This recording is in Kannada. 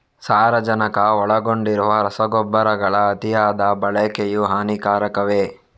ಸಾರಜನಕ ಒಳಗೊಂಡಿರುವ ರಸಗೊಬ್ಬರಗಳ ಅತಿಯಾದ ಬಳಕೆಯು ಹಾನಿಕಾರಕವೇ?